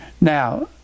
Now